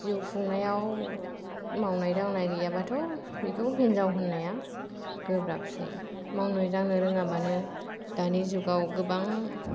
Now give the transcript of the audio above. जिउ खुंनायाव मावनाय दांनाय गैयाबाथ' बेखौ हिन्जाव होननाया गोब्राबसै मावनो दांनो रोङाबानो दानि जुगाव गोबां